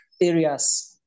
areas